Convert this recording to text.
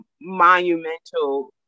monumental